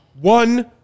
one